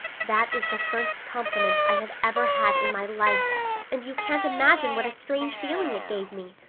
that is the first compliment i have ever had in my life and you can't imagine what a strange feeling it gave me.